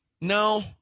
no